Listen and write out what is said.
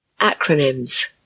Acronyms